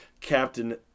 Captain